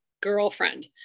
girlfriend